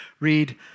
read